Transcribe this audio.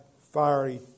fiery